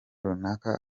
runaka